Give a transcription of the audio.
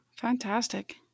Fantastic